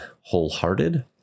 Wholehearted